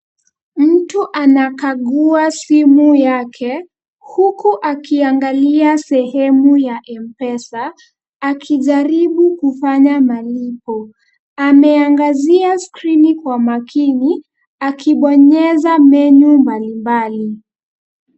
Mtu anakagua simu yake, huku akiangalia sehemu ya M-Pesa, akijaribu kufanya malipo. Ameangazia skrini kwa makini, akibonyeza menu mbalimbali.